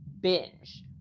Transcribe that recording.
binge